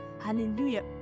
Hallelujah